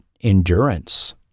Endurance